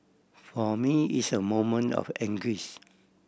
for me it's a moment of anguish